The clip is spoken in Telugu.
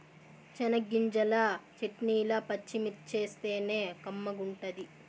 చెనగ్గింజల చెట్నీల పచ్చిమిర్చేస్తేనే కమ్మగుంటది